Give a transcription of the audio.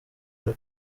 muri